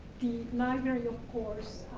the library, of course,